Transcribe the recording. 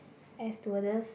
air stewardess